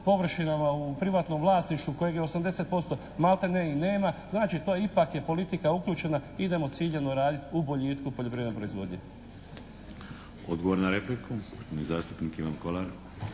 površinama u privatnom vlasništvu kojeg je 80% maltene i nema. Znači to je ipak je politika uključena, idemo ciljano raditi u boljitku poljoprivredne proizvodnje. **Šeks, Vladimir (HDZ)** Odgovor na repliku, poštovani zastupnik Ivan Kolar.